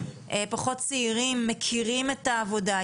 פחות צעירים מכירים את העבודה,